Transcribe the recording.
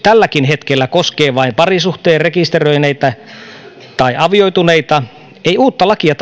tälläkin hetkellä koskee vain parisuhteen rekisteröineitä tai avioituneita ei uutta lakia